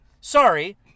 Sorry